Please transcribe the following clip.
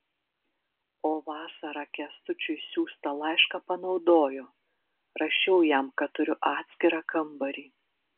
o vasarą kęstučiui siųstą laišką panaudojo rašiau jam kad turiu atskirą kambarį